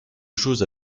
chose